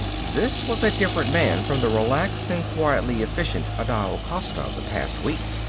this was a different man from the relaxed and quietly efficient adao costa of the past week.